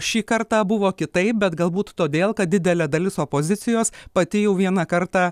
šį kartą buvo kitaip bet galbūt todėl kad didelė dalis opozicijos pati jau vieną kartą